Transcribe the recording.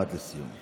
משפט לסיום.